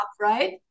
right